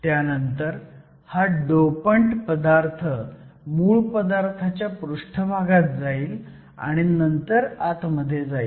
त्यानंतर हा डोपंट पदार्थ मूळ पदार्थाच्या पृष्ठभागात जाईल आणि नंतर आतमध्ये जाईल